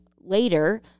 later